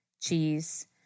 cheese